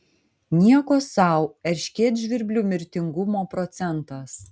nieko sau erškėtžvirblių mirtingumo procentas